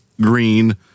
green